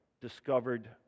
discovered